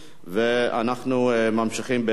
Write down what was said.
אנחנו ממשיכים בסדר-היום.